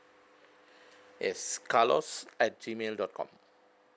yes carlos at gmail dot com